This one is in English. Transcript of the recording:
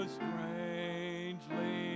strangely